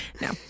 No